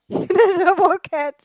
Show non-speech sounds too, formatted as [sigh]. [laughs] poor cats